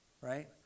Right